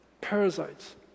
parasites